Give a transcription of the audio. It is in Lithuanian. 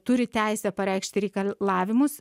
turi teisę pareikšti reikalavimus